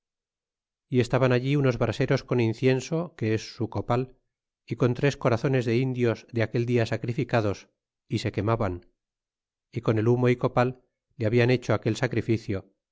y estaban allí unos braseros con incienso que es su copal y con tres corazones de indios de aquel dia sacrificados é se quemaban y con el humo y copal le habian hecho aquel sacrificio